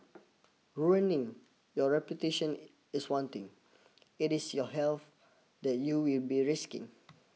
ruining your reputation is one thing it is your health that you will be risking